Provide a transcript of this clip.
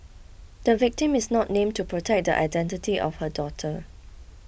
the victim is not named to protect the identity of her daughter